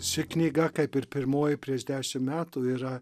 ši knyga kaip ir pirmoji prieš dešim metų yra